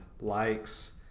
likes